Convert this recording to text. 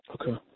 Okay